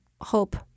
hope